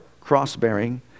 cross-bearing